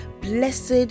Blessed